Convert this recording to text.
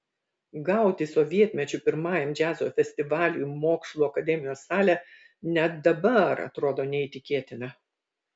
gauti sovietmečiu pirmajam džiazo festivaliui mokslų akademijos salę net dabar atrodo neįtikėtina